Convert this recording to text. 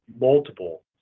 multiple